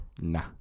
Nah